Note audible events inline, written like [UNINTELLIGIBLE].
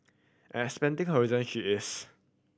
and expanding [UNINTELLIGIBLE] she is